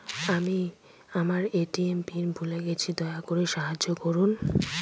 আমি আমার ATM PIN ভুলে গেছি, দয়া করে সাহায্য করুন